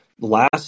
last